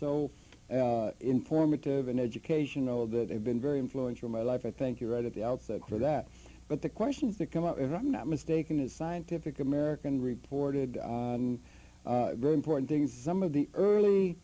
so informative and educational that they've been very influential my life i think you're right at the outset for that but the questions that come up and i'm not mistaken is scientific american reported on very important things some of the early